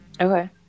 Okay